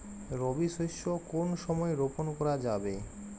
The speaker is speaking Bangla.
রবি শস্য কোন সময় রোপন করা যাবে?